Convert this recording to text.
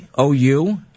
OU